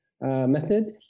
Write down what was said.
method